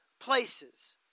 places